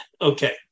Okay